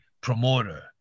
promoter